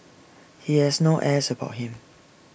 he has no airs about him